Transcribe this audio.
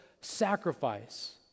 sacrifice